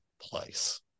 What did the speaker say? place